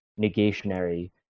negationary